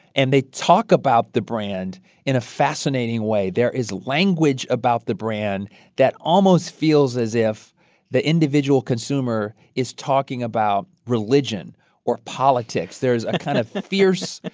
and they talk about the brand in a fascinating way. there is language about the brand that almost feels as if the individual consumer is talking about religion or politics there is a kind of fierce,